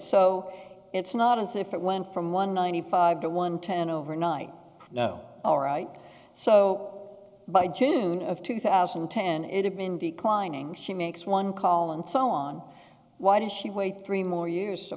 so it's not as if it went from one ninety five to one ten overnight no alright so by june of two thousand and ten it had been declining she makes one call and so on why did she wait three more years to